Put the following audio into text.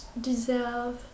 deserve